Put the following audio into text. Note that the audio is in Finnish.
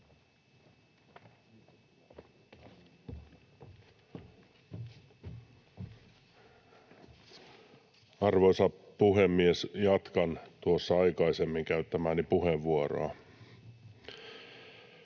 Arvoisa puhemies! Jatkan aikaisemmin käyttämääni puheenvuoroa.